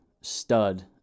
stud